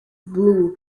blue